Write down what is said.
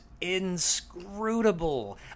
inscrutable